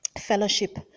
Fellowship